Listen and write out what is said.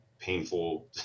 painful